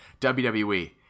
WWE